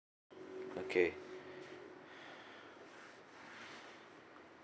okay